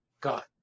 God